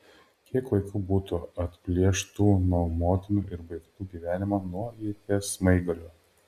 kiek vaikų būtų atplėštų nuo motinų ir baigtų gyvenimą nuo ieties smaigalio